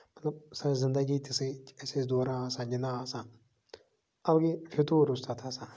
مطلب سۄ ٲس زِندٔگی تِژھٕے کہِ أسۍ ٲسۍ دوران آسان گِنٛدان آسان اَلگٕے فِتوٗر اوس تَتھ آسان